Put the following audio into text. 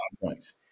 points